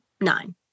nine